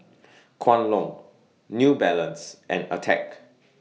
Kwan Loong New Balance and Attack